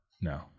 No